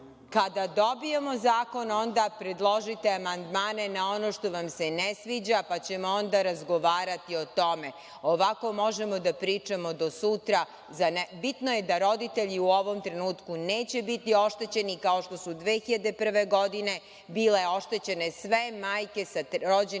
Kada dobijemo zakon onda predložite amandmane na ono što vam se ne sviđa, pa ćemo onda razgovarati o tome. Ovako možemo da pričamo do sutra. Bitno je da roditelji u ovom trenutku neće biti oštećeni kao što su 2001. godine bile oštećene sve majke sa rođenim